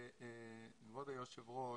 כבוד היושב ראש,